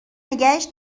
نگهش